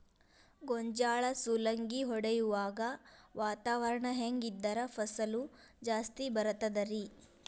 ಗೋಂಜಾಳ ಸುಲಂಗಿ ಹೊಡೆಯುವಾಗ ವಾತಾವರಣ ಹೆಂಗ್ ಇದ್ದರ ಫಸಲು ಜಾಸ್ತಿ ಬರತದ ರಿ?